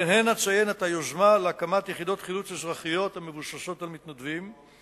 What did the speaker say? ובהן אציין את היוזמה להקמת יחידות חילוץ אזרחיות המבוססות על מתנדבים,